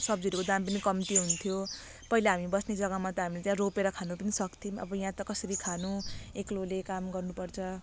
सब्जीहरूको दाम पनि कम्ती हुन्थ्यो पहिला हामी बस्ने जग्गामा त हामीले त्यहाँ रोपेर खानु पनि सक्थौँ अब यहाँ त कसरी खानु एक्लोले काम गर्नुपर्छ